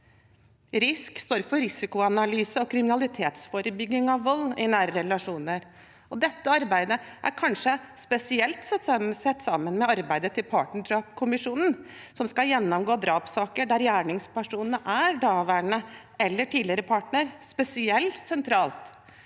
RISK står for risikoanalyse og kriminalitetsforebygging av vold i nære relasjoner. Dette arbeidet sett sammen med arbeidet til partnerdrapskommisjonen som skal gjennomgå drapssaker der gjerningspersonen er daværende eller tidligere partner, er kanskje spesielt sentralt